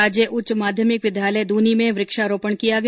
राज्य उच्च माध्यमिक विद्यालय द्रनी में वुक्षारोपण किया गया